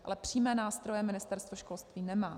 Ale přímé nástroje Ministerstvo školství nemá.